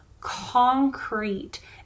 concrete